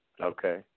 Okay